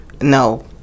no